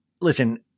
listen